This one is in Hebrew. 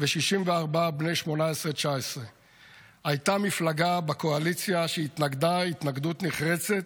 ו-64 בני 18 19. הייתה מפלגה בקואליציה שהתנגדה התנגדות נחרצת,